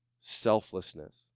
selflessness